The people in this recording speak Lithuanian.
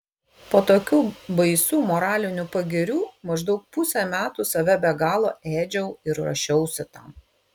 po tokių baisių moralinių pagirių maždaug pusę metų save be galo ėdžiau ir ruošiausi tam